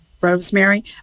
rosemary